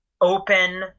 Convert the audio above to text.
open